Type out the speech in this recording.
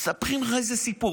מספרים לך איזה סיפור.